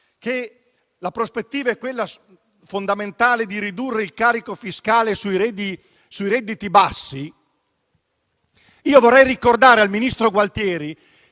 che la prospettiva fondamentale è ridurre il carico fiscale sui redditi bassi, vorrei ricordare al ministro Gualtieri